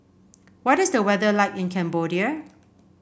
what is the weather like in Cambodia